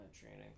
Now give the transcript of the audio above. training